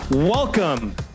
Welcome